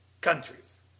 countries